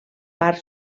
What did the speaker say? part